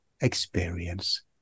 experience